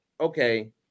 okay